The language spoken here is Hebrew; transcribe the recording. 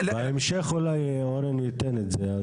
בהמשך אולי אורן ייתן את זה.